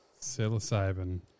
psilocybin